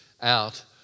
out